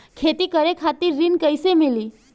खेती करे खातिर ऋण कइसे मिली?